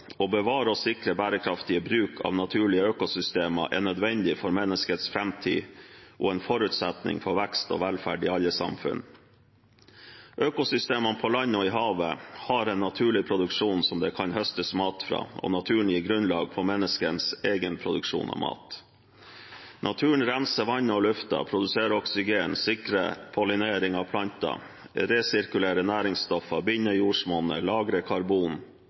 Å bevare og sikre bærekraftig bruk av naturlige økosystem er nødvendig for menneskets framtid og en forutsetning for vekst og velferd i alle samfunn. Økosystemene på land og i havet har en naturlig produksjon som det kan høstes mat fra, og naturen gir grunnlag for menneskenes egenproduksjon av mat. Naturen renser vannet og luften, produserer oksygen, sikrer pollinering av planter, resirkulerer næringsstoffer, binder jordsmonnet, lagrer karbon,